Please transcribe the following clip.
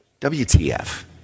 WTF